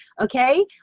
okay